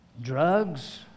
drugs